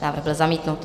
Návrh byl zamítnut.